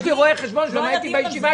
יש לי רואה חשבון שלמד איתי בישיבה,